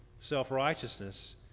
self-righteousness